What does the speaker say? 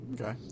Okay